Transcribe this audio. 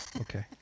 Okay